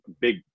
big